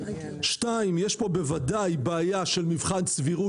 2. יש פה בוודאי בעיה של מבחן סבירות